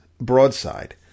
broadside